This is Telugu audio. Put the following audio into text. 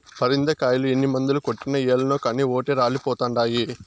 పరింద కాయలు ఎన్ని మందులు కొట్టినా ఏలనో కానీ ఓటే రాలిపోతండాయి